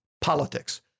politics